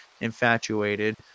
infatuated